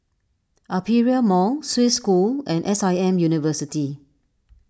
Aperia Mall Swiss School and S I M University